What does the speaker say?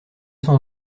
son